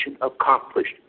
accomplished